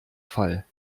fall